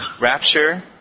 Rapture